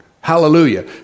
Hallelujah